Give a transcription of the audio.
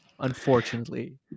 unfortunately